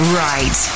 right